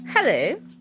Hello